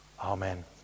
Amen